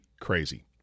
crazy